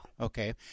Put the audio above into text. Okay